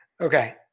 Okay